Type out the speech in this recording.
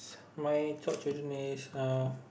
my top children is uh